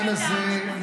אז אני אגיד לך.